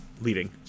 leading